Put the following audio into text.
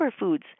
superfoods